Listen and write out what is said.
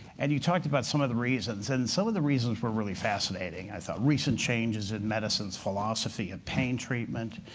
and you talked about some of the reasons. and some of the reasons were really fascinating, i thought. recent changes in medicine's philosophy of pain treatment.